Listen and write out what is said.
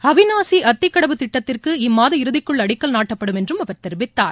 அவிநாசி அத்திக்கடவு திட்டத்திற்கு இம்மாத இறுதிக்குள் அடிக்கல் நாட்டப்படும் என்றும் அவர் தெரிவித்தார்